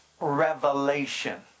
revelation